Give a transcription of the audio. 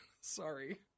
Sorry